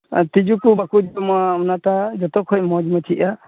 ᱟᱨ ᱛᱤᱡᱩ ᱠᱚ ᱵᱟᱠᱚ ᱡᱚᱢᱟ ᱚᱱᱟᱴᱟᱜ ᱡᱚᱛᱚ ᱠᱷᱚᱡ ᱢᱚᱡᱽ ᱫᱚ ᱪᱮᱫ ᱟᱜ